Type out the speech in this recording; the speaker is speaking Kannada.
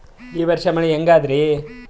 ಈ ವರ್ಷ ಮಳಿ ಹೆಂಗ ಅದಾರಿ?